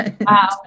Wow